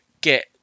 get